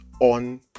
on